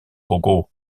coco